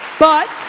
but,